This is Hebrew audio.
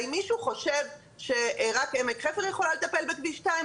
האם מישהו חושב שרק עמק חפר יכולה לטפל בכביש 2,